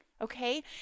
okay